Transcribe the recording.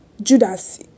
Judas